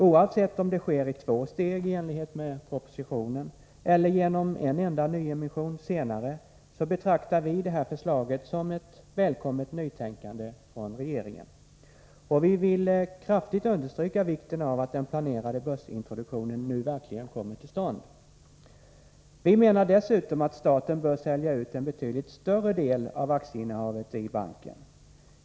Oavsett om det sker i två steg, i enlighet med propositionen, eller om det sker genom en enda nyemission senare betraktar vi det här förslaget som ett välkommet nytänkande från regeringen. Vi vill kraftigt understryka vikten av att den planerade börsintroduktionen verkligen kommer till stånd. Dessutom menar vi att staten bör sälja ut en betydligt större del av aktieinnehavet i banken.